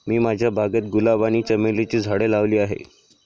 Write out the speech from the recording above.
मी माझ्या बागेत गुलाब आणि चमेलीची झाडे लावली आहे